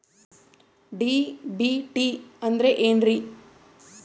DBT ಅಂದ್ರ ಏನ್ರಿ?